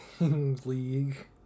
league